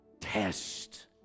test